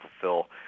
fulfill